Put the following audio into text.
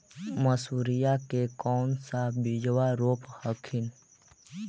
मसुरिया के कौन सा बिजबा रोप हखिन?